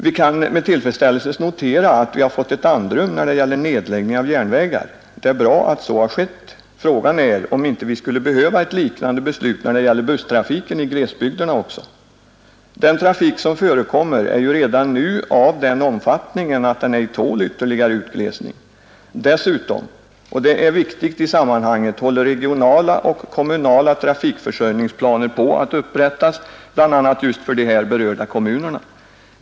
Vi kan med tillfredsställelse notera att vi fått ett andrum när det gäller nedläggning av järnvägar. Det är bra att så skett; frågan är om vi inte skulle behöva ett liknande beslut när det gäller busstrafiken i glesbygderna också. Den trafik som förekommer är ju redan nu av den omfattningen att den inte tål ytterligare utglesning. Dessutom — och det är viktigt i sammanhanget — håller regionala och kommunala trafikförsörjningsplaner på att upprättas, bl.a. just för de här berörda kommunerna.